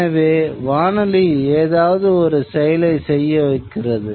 எனவே வானொலி ஏதாவது ஒரு செயலை செய்ய வைத்திருந்தது